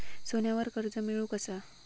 सोन्यावर कर्ज मिळवू कसा?